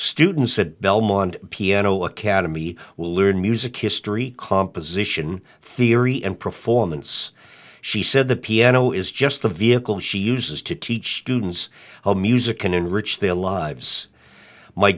students at belmont piano academy will learn music history composition theory and performance she said the piano is just the vehicle she uses to teach students how music can enrich their lives my